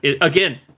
again